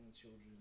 children